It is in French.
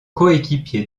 coéquipier